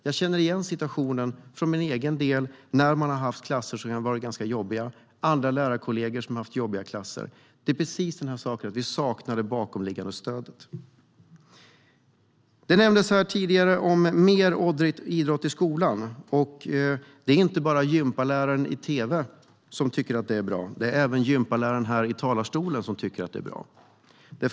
Jag känner igen situationen själv, när man har haft klasser som har varit ganska jobbiga, andra lärarkollegor som har haft jobbiga klasser. Det är precis sådana här saker. Vi saknade det bakomliggande stödet. Det nämndes tidigare mer idrott i skolan. Det är inte bara gympaläraren i tv som tycker att det är bra, utan det är även gympaläraren här i talarstolen som tycker att det är bra.